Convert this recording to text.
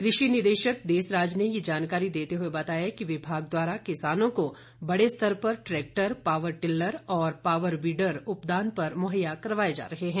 कृषि निदेशक देसराज ने ये जानकारी देते हुए बताया कि विभाग द्वारा किसानों को बड़े स्तर पर ट्रैक्टर पावर टिल्लर और पावर वीडर उपदान पर मुहैया करवाए जा रहे हैं